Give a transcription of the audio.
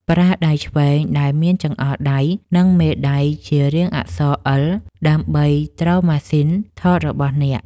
ប្រើដៃឆ្វេងដែលមានចង្អុលដៃ និងមេដៃជារាងអក្សរ អិល ដើម្បីទ្រម៉ាស៊ីនថតរបស់អ្នក។